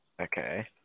Okay